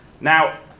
Now